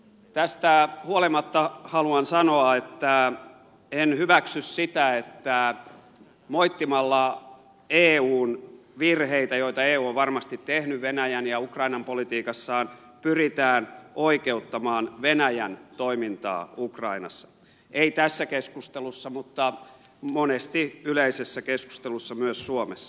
tästä huolimatta haluan sanoa että en hyväksy sitä että moittimalla eun virheitä joita eu on varmasti tehnyt venäjän ja ukrainan politiikassaan pyritään oikeuttamaan venäjän toimintaa ukrainassa ei tässä keskustelussa mutta monesti yleisessä keskustelussa myös suomessa